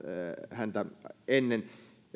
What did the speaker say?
häntä ennen